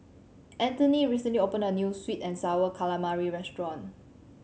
Antony recently opened a new sweet and Sour Calamari restaurant